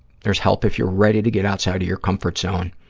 there's help if you're ready to get outside of your comfort zone